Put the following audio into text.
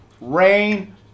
Rain